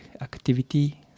activity